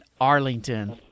arlington